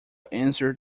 answered